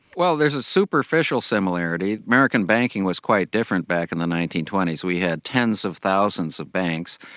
well there's a superficial similarity. american banking was quite different back in the nineteen twenty s. we had tens of thousands of banks,